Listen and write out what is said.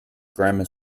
grammar